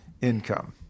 income